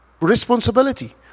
responsibility